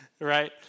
right